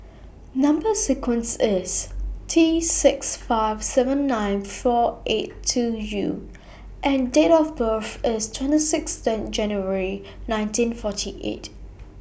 Number sequence IS T six five seven nine four eight two U and Date of birth IS twenty six January nineteen forty eight